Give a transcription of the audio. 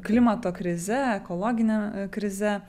klimato krize ekologine krize